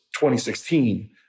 2016